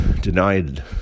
denied